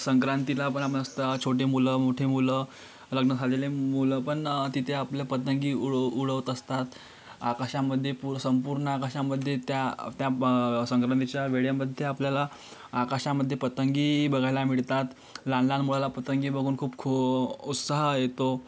संक्रांतीला पण मस्त छोटे मुलं मोठे मुलं लग्न झालेले मुलं पण तिथे आपल्या पतंग उडव उडवत असतात आकाशामध्ये पू संपूर्ण आकाशामध्ये त्या त्या ब संक्रांतीच्या वेळेमध्ये आपल्याला आकाशामध्ये पतंग बघायला मिळतात लहान लहान मुलाला पतंग बघून खूप खू उत्साह येतो